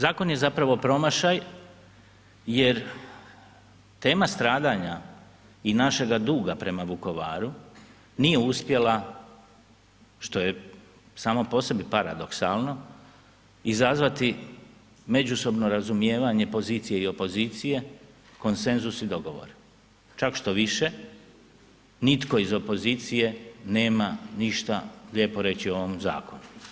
Zakon je zapravo promašaj jer tema stradanja i našega duga prema Vukovaru nije uspjela, što je samo po sebi paradoksalno, izazvati međusobno razumijevanje pozicije i opozicije, konsenzus i dogovor, čak štoviše, nitko iz opozicije nema ništa lijepo reći o ovom zakonu.